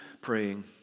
praying